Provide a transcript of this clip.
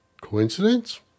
Coincidence